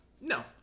No